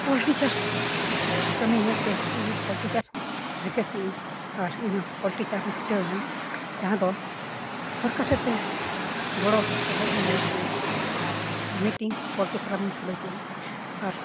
poultry ᱪᱟᱥ ᱠᱟᱹᱢᱤ ᱧᱮᱞᱛᱮ ᱤᱧ ᱦᱚᱸ ᱯᱚᱞᱴᱤ ᱪᱟᱥ ᱦᱚᱸ ᱨᱤᱠᱟᱹ ᱠᱮᱜᱼᱟᱹᱧ ᱟᱨ ᱤᱧ ᱦᱚᱸ ᱯᱚᱞᱴᱤ ᱪᱟᱥᱤᱧ ᱪᱷᱩᱴᱟᱹᱣᱮᱱᱟ ᱡᱟᱦᱟᱸ ᱫᱚ ᱥᱚᱨᱠᱟᱨ ᱥᱮᱫ ᱛᱮ ᱜᱚᱲᱚ ᱥᱚᱯᱚᱦᱚᱫ ᱤᱧ ᱧᱟᱢ ᱠᱮᱫ ᱟᱹᱧ ᱟᱨ ᱢᱤᱫᱴᱮᱱ ᱯᱚᱞᱴᱤ ᱯᱷᱨᱟᱢᱤᱧ ᱠᱷᱩᱞᱟᱹᱣ ᱠᱮᱜᱼᱟ ᱟᱨ